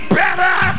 better